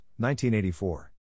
1984